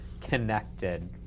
connected